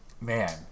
Man